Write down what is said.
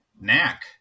Knack